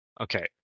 Okay